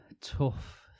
tough